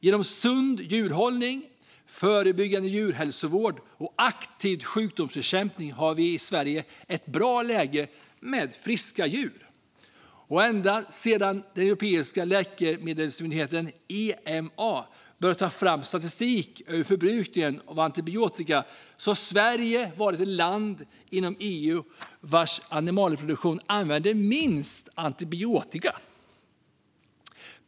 Genom sund djurhållning, förebyggande djurhälsovård och aktiv sjukdomsbekämpning har vi i Sverige ett bra läge med friska djur. Ända sedan den europeiska läkemedelsmyndigheten EMA började ta fram statistik över förbrukningen av antibiotika har Sverige varit det land i EU vars animalieproduktionen använder minst antibiotika.